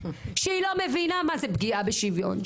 שהיא לא מבינה מה זה פגיעה בשוויון,